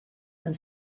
amb